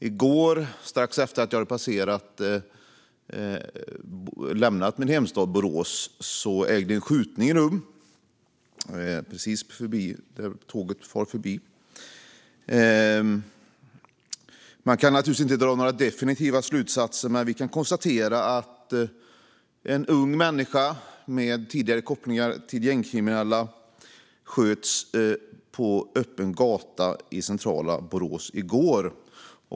I går, strax efter att jag hade lämnat min hemstad Borås, ägde en skjutning rum precis där tåget far förbi. Man kan naturligtvis inte dra några definitiva slutsatser, men vi kan konstatera att en ung människa med tidigare kopplingar till gängkriminella sköts på öppen gata i centrala Borås i går.